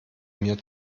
mir